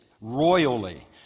royally